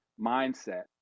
mindset